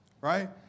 right